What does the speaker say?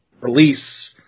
release